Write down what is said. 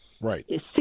Right